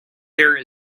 there